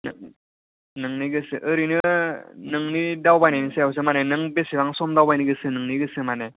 नोंनि गोसो ओरैनो नोंनि दावबायनायनि सायावसो माने नों बेसेबां सम दावबायनो गोसो नोंनि गोसो माने